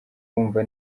kumva